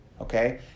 okay